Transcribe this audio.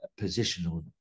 positional